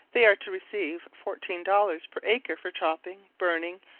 they are to receive fourteen dollars per acre for chopping, burning,